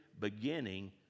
beginning